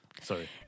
Sorry